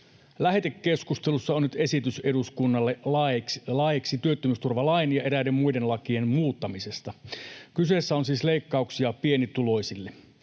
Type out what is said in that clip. Lähetekeskustelussa on nyt esitys eduskunnalle laeiksi työttömyysturvalain ja eräiden muiden lakien muuttamisesta. Kyseessä on siis leikkauksia pienituloisille.